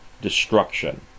destruction